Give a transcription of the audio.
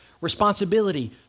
responsibility